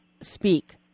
speak